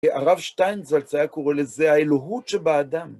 הרב שטיינזלץ היה קורא לזה, האלוהות שבאדם.